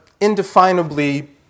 indefinably